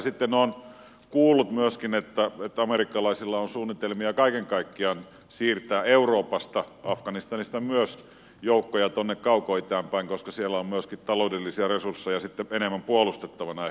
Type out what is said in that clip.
sitten olen kuullut myöskin että amerikkalaisilla on suunnitelmia kaiken kaikkiaan siirtää euroopasta afganistanista myös joukkoja tuonne kaukoitään päin koska siellä on myöskin taloudellisia resursseja enemmän puolustettavana ehkä kuin täällä